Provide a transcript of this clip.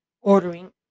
ordering